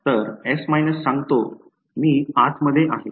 तर S सांगतो मी आत आहे